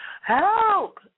Help